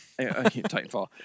Titanfall